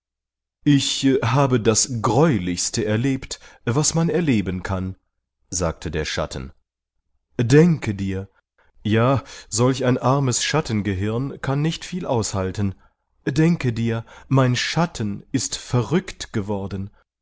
ich habe das gräulichste erlebt was man erleben kann sagte der schatten denke dir ja solch ein armes schattengehirn kann nicht viel aushalten denke dir mein schatten ist verrückt geworden